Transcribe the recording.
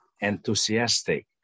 enthusiastic